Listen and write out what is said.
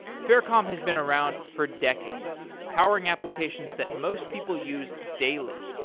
faircom has been around for decades powering applications that most people use daily.